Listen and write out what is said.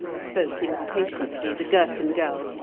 spoke impatiently the girton girl,